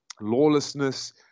lawlessness